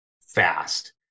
fast